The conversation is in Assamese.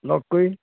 লগ কৰি